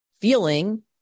feeling